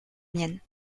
mienne